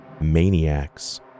maniacs